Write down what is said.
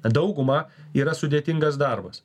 daugumą yra sudėtingas darbas